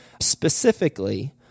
Specifically